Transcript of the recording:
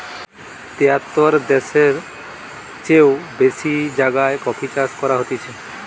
তেয়াত্তর দ্যাশের চেও বেশি জাগায় কফি চাষ করা হতিছে